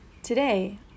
Today